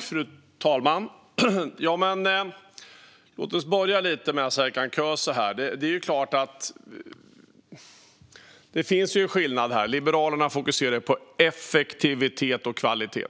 Fru talman! Låt oss börja lite med Serkan Köses fråga. Det är klart att det finns en skillnad här. Liberalerna fokuserar på effektivitet och kvalitet.